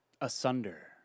Asunder